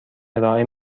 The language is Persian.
ارائه